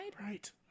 Right